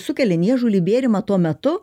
sukelia niežulį bėrimą tuo metu